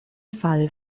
fall